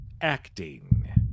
Acting